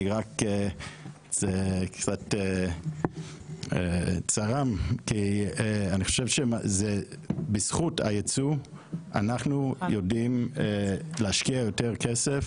זה קצת צרם כי אני חושב שזה בזכות הייצוא אנחנו יודעים להשקיע יותר כסף